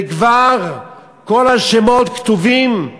וכבר כל השמות כתובים,